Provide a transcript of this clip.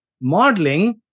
modeling